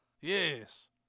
Yes